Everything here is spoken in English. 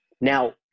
Now